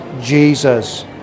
Jesus